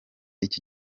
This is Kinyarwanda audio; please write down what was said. iki